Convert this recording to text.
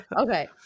Okay